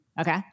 Okay